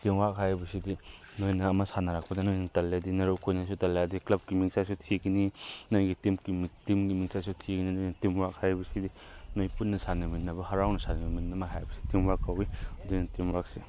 ꯇꯤꯝꯋꯥꯔꯛ ꯍꯥꯏꯕꯁꯤꯗꯤ ꯅꯣꯏꯅ ꯑꯃ ꯁꯥꯟꯅꯔꯛꯄꯗ ꯅꯣꯏꯅ ꯇꯜꯂꯗꯤ ꯃꯔꯨꯞ ꯅꯈꯣꯏꯅꯁꯨ ꯇꯜꯂꯗꯤ ꯀ꯭ꯂꯞꯀꯤ ꯃꯤꯡꯆꯠꯁꯨ ꯊꯤꯒꯅꯤ ꯅꯣꯏꯒꯤ ꯇꯤꯝꯒꯤ ꯃꯤꯡꯆꯠꯁꯨ ꯊꯤꯒꯅꯤ ꯑꯗꯨꯅ ꯇꯤꯝꯋꯥꯔꯛ ꯍꯥꯏꯕꯁꯤꯗꯤ ꯅꯣꯏ ꯄꯨꯟꯅ ꯁꯥꯟꯅꯃꯤꯟꯅꯕ ꯍꯔꯥꯎꯅ ꯁꯥꯟꯅꯃꯤꯟꯅꯕ ꯍꯥꯏꯕꯁꯤ ꯇꯤꯝꯋꯥꯔꯛ ꯀꯧꯏ ꯑꯗꯨꯅ ꯇꯤꯝꯋꯥꯔꯛꯁꯤ